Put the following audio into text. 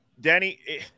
Danny